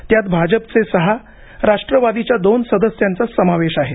त्यात भाजपचे सहा राष्ट्रवादीच्या दोन सदस्यांचा समावेश आहे